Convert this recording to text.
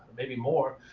maybe more.